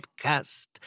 podcast